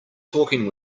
talking